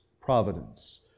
providence